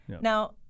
Now